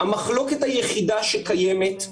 המחלוקת היחידה שקיימת,